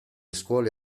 scuole